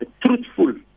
truthful